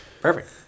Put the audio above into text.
Perfect